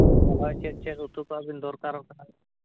ᱦᱳᱭ ᱪᱮᱫᱼᱪᱮᱫ ᱩᱛᱩ ᱠᱚ ᱟᱹᱵᱤᱱ ᱫᱚᱨᱠᱟᱨᱚᱜ ᱠᱟᱱᱟ